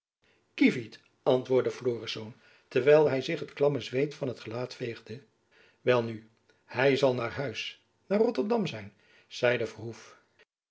kievit antwoordde florisz terwijl hy zich het klamme zweet van t gelaat veegde welnu hy zal naar huis naar rotterdam zijn zeide verhoef